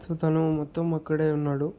so తను మొత్తం అక్కడే ఉన్నాడు